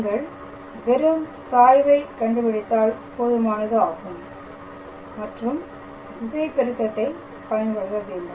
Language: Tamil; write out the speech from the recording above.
நீங்கள் வெறும் சாய்வை கண்டுபிடித்தால் போதுமானது ஆகும் மற்றும் திசை பெருக்கத்தை பயன்படுத்த வேண்டும்